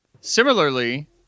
Similarly